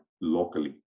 locally